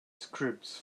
scripts